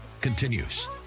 continues